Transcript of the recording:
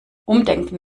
umdenken